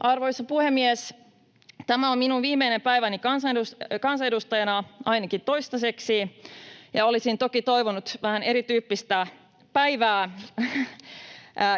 Arvoisa puhemies! Tämä on minun viimeinen päiväni kansanedustajana, ainakin toistaiseksi, ja olisin toki toivonut vähän erityyppistä päivää